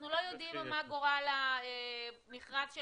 אנחנו לא יודעים מה גורל המכרז של